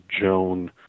Joan